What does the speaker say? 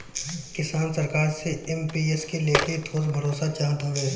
किसान सरकार से एम.पी.एस के लेके ठोस भरोसा चाहत हवे